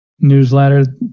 newsletter